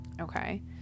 Okay